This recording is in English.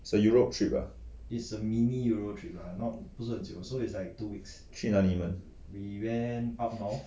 is a europe trip ah 去哪里你们